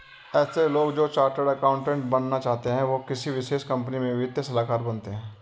ऐसे लोग जो चार्टर्ड अकाउन्टन्ट बनना चाहते है वो किसी विशेष कंपनी में वित्तीय सलाहकार बनते हैं